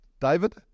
David